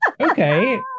okay